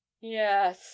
yes